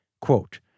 Quote